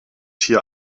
hier